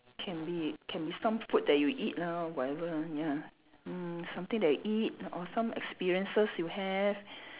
can be can be some food that you eat lah whatever lah ya mm something that you eat or some experiences you have